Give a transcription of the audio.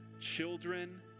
children